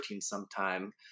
sometime